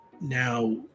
Now